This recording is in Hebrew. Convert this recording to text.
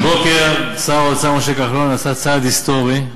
הבוקר שר האוצר משה כחלון עשה צעד היסטורי,